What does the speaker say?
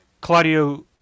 Claudio